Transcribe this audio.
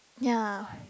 ya